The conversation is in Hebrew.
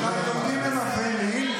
זה מראה את עוצמת הניכור והפילוג והשיסוי.